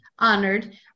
Honored